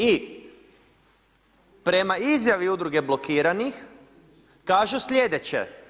I prema izjavi udruge Blokiranih, kažu slijedeće.